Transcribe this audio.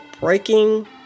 breaking